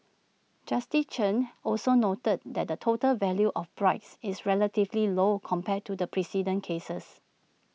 justice chan also noted that the total value of bribes is relatively low compared to the precedent cases